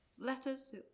Letters